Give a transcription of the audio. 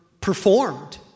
performed